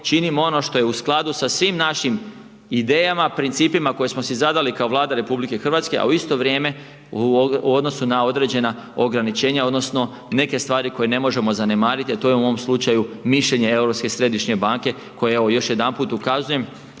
činim ono što je u skladu sa svim našim idejama, principima koje smo si zadali kao Vlada RH, a u isto vrijeme u odnosu na određena ograničenja, odnosno neke stvari koje ne možemo zanemariti, a to je u ovom slučaju mišljenje Europske središnje banke, koja evo još jedanput ukazujem